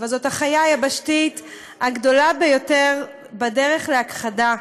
אבל זו החיה היבשתית הגדולה והיא בדרך להכחדה,